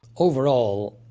overall,